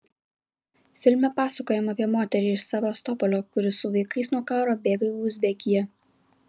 filme pasakojama apie moterį iš sevastopolio kuri su vaikais nuo karo bėga į uzbekiją